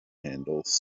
handles